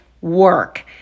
work